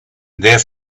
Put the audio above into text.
their